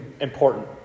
important